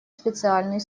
специальный